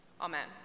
Amen